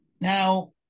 Now